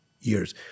years